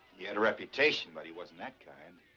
he had a reputation, but he wasn't that kind.